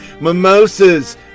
mimosas